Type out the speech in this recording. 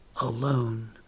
alone